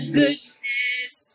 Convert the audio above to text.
goodness